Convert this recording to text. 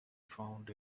found